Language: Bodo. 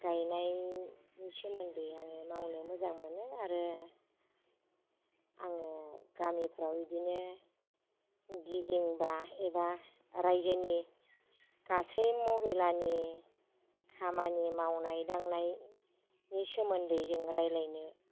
गायनायनि सोमोन्दै आङो मावनो मोजां मोनो आरो आङो गामिफोराव इदिनो गिदिंब्ला एबा रायजोनि गासै महिलानि खामानि मावनाय दांनायनि सोमोन्दै जों रायज्लायनो